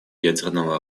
ядерного